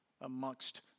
amongst